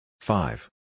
Five